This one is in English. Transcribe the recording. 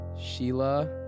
Sheila